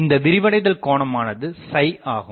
இந்த விரிவடைதல் கோணமானது ஆகும்